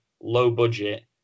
low-budget